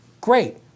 Great